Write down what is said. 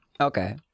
Okay